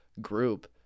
group